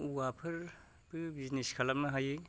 औवाफोरबो business खालामनो हायो